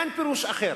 אין פירוש אחר.